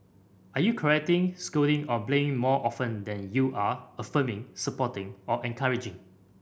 are you correcting scolding or blaming more often than you are affirming supporting or encouraging